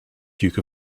duke